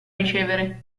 ricevere